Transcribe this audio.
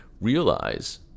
realize